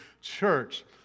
church